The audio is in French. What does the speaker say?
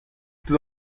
peu